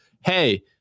hey